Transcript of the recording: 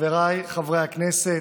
חבריי חברי הכנסת,